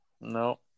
No